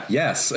yes